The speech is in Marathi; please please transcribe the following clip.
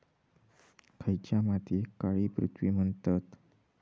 खयच्या मातीयेक काळी पृथ्वी म्हणतत?